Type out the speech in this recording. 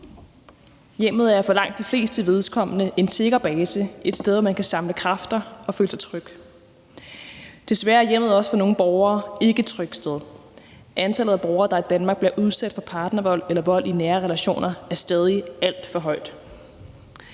Hjemmet er for langt de flestes vedkommende en sikker base. Det er et sted, man kan samle kræfter og føle sig tryg. Men desværre er hjemmet for nogle borgere ikke et trygt sted. Antallet af borgere, der i Danmark bliver udsat for partnervold eller vold i nære relationer, er stadig alt for højt.